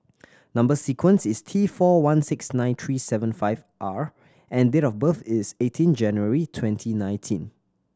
number sequence is T four one six nine three seven five R and date of birth is eighteen January twenty nineteen